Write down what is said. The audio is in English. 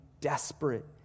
desperate